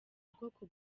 bwoko